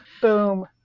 Boom